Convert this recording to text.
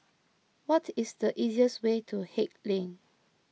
what is the easiest way to Haig Lane